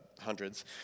hundreds